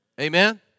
Amen